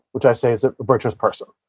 which i say is a virtuous person.